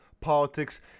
politics